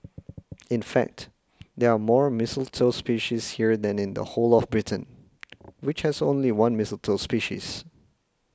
in fact there are more mistletoe species here than in the whole of Britain which has only one mistletoe species